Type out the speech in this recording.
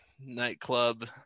nightclub